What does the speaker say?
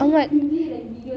oh my